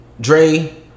Dre